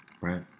Right